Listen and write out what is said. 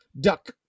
Duck